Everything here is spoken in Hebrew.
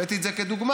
הבאתי את זה כדוגמה.